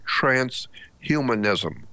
transhumanism